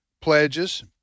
pledges